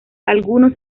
algunos